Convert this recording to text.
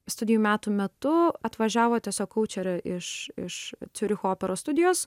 studijų metų metu atvažiavo tiesiog koučerė iš iš ciuricho operos studijos